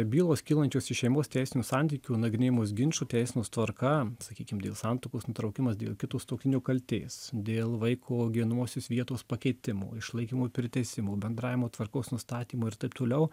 bylos kylančios iš šeimos teisinių santykių nagrinėjamos ginčų teisenos tvarka sakykim dėl santuokos nutraukimas dėl kito sutuoktinio kaltės dėl vaiko gyvenamosios vietos pakeitimo išlaikymo priteisimo bendravimo tvarkos nustatymo ir taip toliau